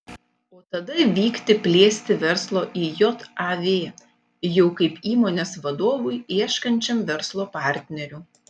o tada vykti plėsti verslo į jav jau kaip įmonės vadovui ieškančiam verslo partnerių